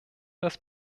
das